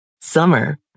Summer